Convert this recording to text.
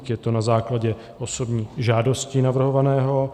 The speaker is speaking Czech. Je to na základě osobní žádosti navrhovaného.